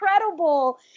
incredible